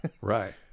Right